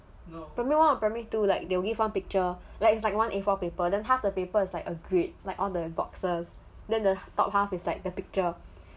primary one or primary two like they'll give one picture like it's like one a four paper then half the paper is like a grade like all the boxes then the top half is like the picture